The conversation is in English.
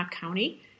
County